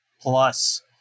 plus